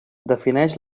defineix